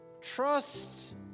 Trust